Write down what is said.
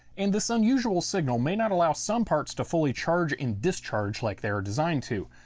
and this unusual signal may not allow some parts to fully charge and discharge like they are designed to.